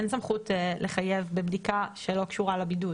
אין סמכות לחייב בבדיקה שלא קשורה לבידוד